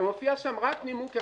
ומופיע שם רק נימוק אחד: